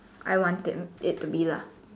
I want it to be lah